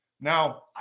Now